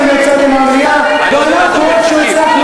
אתם יצאתם מהמליאה ואנחנו איכשהו הצלחנו